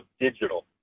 digital